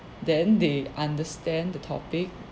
then they understand the topic